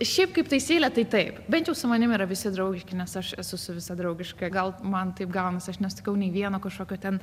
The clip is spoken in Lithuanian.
šiaip kaip taisyklė tai taip bet juk su manim yra visi draugiški nes aš esu su visa draugiška gal man taip gaunas aš nesutikau nei vieno kažkokio ten